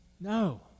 No